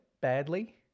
badly